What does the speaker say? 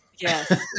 Yes